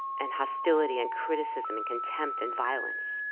and hostility, and criticism, and contempt, and violence.